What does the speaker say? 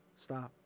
stop